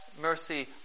mercy